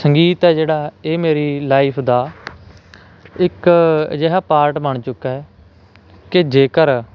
ਸੰਗੀਤ ਹੈ ਜਿਹੜਾ ਇਹ ਮੇਰੀ ਲਾਈਫ ਦਾ ਇੱਕ ਅਜਿਹਾ ਪਾਰਟ ਬਣ ਚੁੱਕਾ ਕਿ ਜੇਕਰ